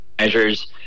measures